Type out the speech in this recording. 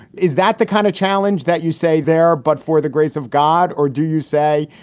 is that the kind of challenge that you say there, but for the grace of god? or do you say,